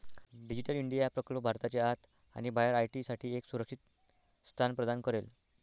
digital India प्रकल्प भारताच्या आत आणि बाहेर आय.टी साठी एक सुरक्षित स्थान प्रदान करेल